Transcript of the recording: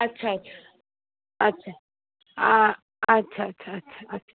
अच्छा अच्छा अच्छा हा अच्छा अच्छा अच्छा